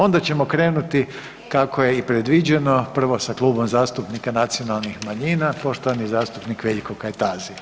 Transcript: Onda ćemo krenuti kako je i predviđeno, prvo sa Klubom zastupnika nacionalnih manjina, poštovani zastupnik Veljko Kajtazi.